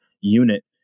unit